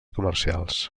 comercials